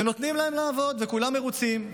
ונותנים להם לעבוד וכולם מרוצים.